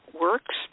works